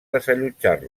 desallotjar